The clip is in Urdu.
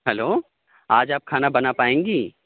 ہیلو آج آپ کھانا بنا پائیں گی